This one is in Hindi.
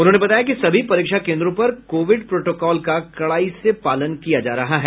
उन्होंने बताया कि सभी परीक्षा केन्द्रों पर कोविड प्रोटोकॉल का कड़ाई से पालन किया जा रहा है